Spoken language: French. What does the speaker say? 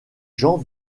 gens